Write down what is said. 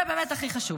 זה באמת הכי חשוב.